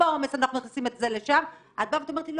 בעומס אנחנו מכניסים את זה לשם את באה ואת אומרת לי,